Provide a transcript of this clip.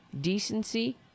decency